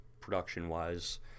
production-wise